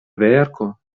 verko